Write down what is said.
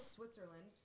Switzerland